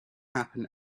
happen